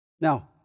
Now